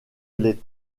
les